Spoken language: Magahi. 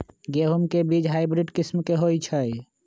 गेंहू के बीज हाइब्रिड किस्म के होई छई?